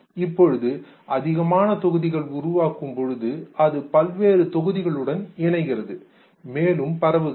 இப்பொழுது அதிகமான தொகுதிகள் உருவாக்கும் பொழுது அது பல்வேறு தொகுதிகளுடன் இணைகிறது மேலும் பரவுகிறது